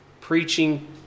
preaching